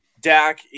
Dak